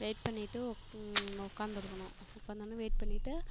wait பண்ணிட்டு உட்காந்திருக்கணும் உட்காந்திருந்து வெயிட் பண்ணிட்டு